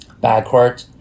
backward